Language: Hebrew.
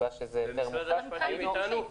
משרד המשפטים נמצאים איתנו?